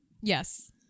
Yes